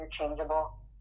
interchangeable